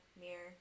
Mirror